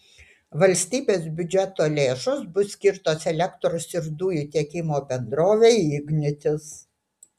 valstybės biudžeto lėšos bus skirtos elektros ir dujų tiekimo bendrovei ignitis